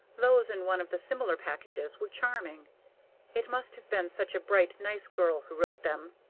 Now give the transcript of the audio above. those in one of the smaller packages were charming it must have been such a bright, nice girl who wrote them!